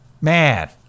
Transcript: man